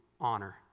honor